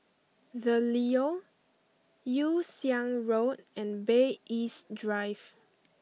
the Leo Yew Siang Road and Bay East Drive